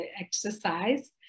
exercise